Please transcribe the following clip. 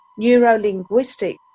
neuro-linguistic